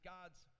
God's